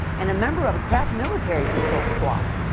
and a member of a crack military patrol squad.